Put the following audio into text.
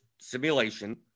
simulation